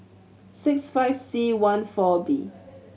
six five C one four B